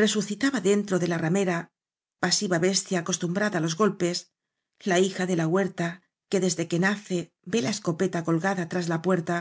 resucitaba dentro de la ramera pasiva bestia acostumbrada á los golpes la hija de la huerta que desde que nace ve la escopeta colgada tras la puerta